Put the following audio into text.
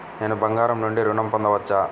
నేను బంగారం నుండి ఋణం పొందవచ్చా?